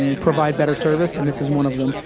um provide better service, and this is one of them.